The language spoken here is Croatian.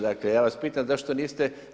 Dakle ja vas pitam zašto niste?